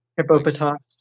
Hippopotamus